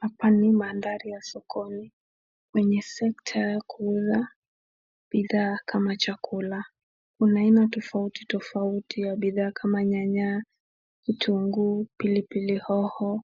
Hapa ni mandhari ya sokoni kwenye sekta ya kuuza bidhaa kama chakula. Kuna aina tofauti tofauti ya bidhaa kama nyanya, vitunguu, pilipili hoho,